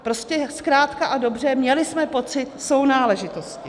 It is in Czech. Prostě zkrátka a dobře, měli jsme pocit sounáležitosti.